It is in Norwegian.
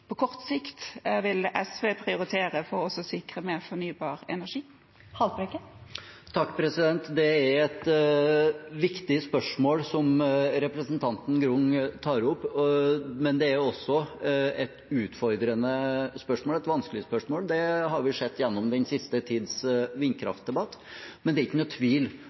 på kort sikt vil SV prioritere for å sikre mer fornybar energi? Det er et viktig spørsmål representanten Grung tar opp, men det er også et utfordrende spørsmål, et vanskelig spørsmål. Det har vi sett gjennom den siste tids vindkraftdebatt. Men det er ikke noen tvil